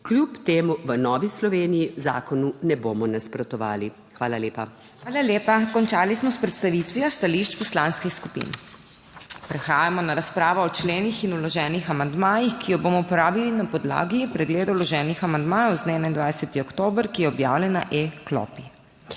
Kljub temu v Novi Sloveniji zakonu ne bomo nasprotovali. Hvala lepa. **PODPREDSEDNICA MAG. MEIRA HOT:** Hvala lepa. Končali smo s predstavitvijo stališč poslanskih skupin. Prehajamo na razpravo o členih in vloženih amandmajih, ki jo bomo opravili na podlagi pregleda vloženih amandmajev z dne 21. oktobra, ki je objavljen na e-klopi.